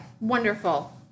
Wonderful